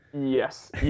Yes